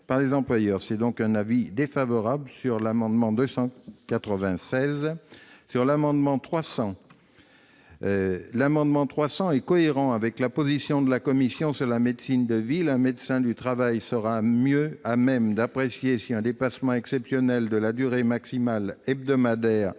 est défavorable à l'amendement n° 296. Les dispositions de l'amendement n° 300 sont cohérentes avec la position de la commission sur la médecine de ville : un médecin du travail sera mieux à même d'apprécier si un dépassement exceptionnel de la durée maximale hebdomadaire